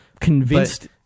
convinced